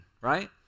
right